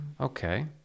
okay